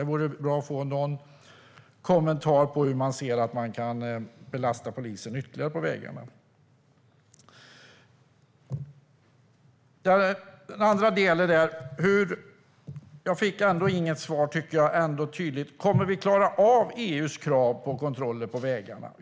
Det vore bra att få en kommentar om hur man ser på att man belastar polisen ytterligare. En annan del i det här, som jag inte tycker att jag fick något tydligt svar på, är om vi kommer att klara av EU:s krav på kontroller på vägarna.